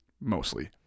Mostly